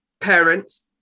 parents